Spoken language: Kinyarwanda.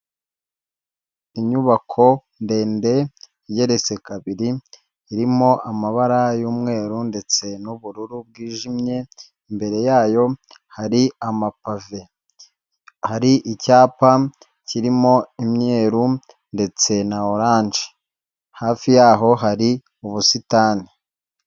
Inyubako ndende igereretse kabiri irimo amabara y'umweru ndetse n'ubururu bwijimye, imbere yayo hari amapave, hari icyapa kirimo imyeru ndetse na oranje, hafi yaho hari ubusitani.